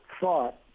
thought